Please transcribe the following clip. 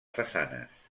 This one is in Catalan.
façanes